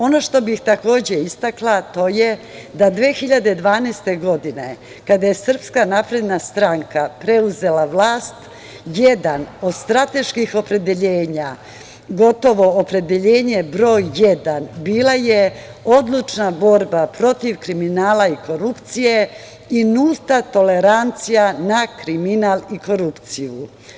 Ono što bih takođe istakla, to je da 2012. godine, kada je Srpska napredna stranka preuzela vlast jedan od strateških opredeljenja, gotovo opredeljenje broj jedan bila je odlučna borba protiv kriminala i korupcije i nulta tolerancija na kriminal i korupciju.